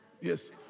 Yes